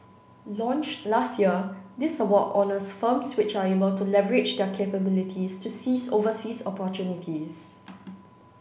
launched last year this award honours firms which are able to leverage their capabilities to seize overseas opportunities